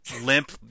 limp